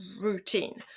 routine